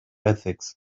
ethics